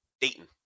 Dayton